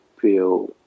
feel